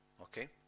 Okay